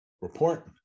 report